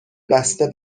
بسته